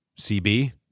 CB